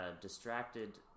distracted